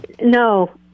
No